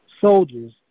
soldiers